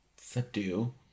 Subdue